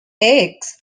eggs